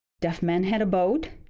deaf men had a boat,